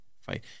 fight